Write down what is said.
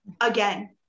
again